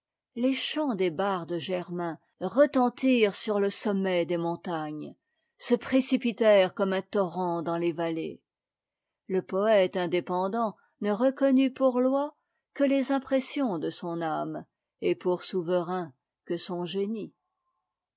les chants des bardes germains retentirent sur le sommet des montagnes se précipitèrent comme un torrent dans les vallées le poëte indépendant ne reconnut pour loi que les impressions de son âme et pour souverain que son génie